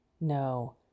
no